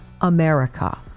America